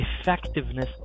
effectiveness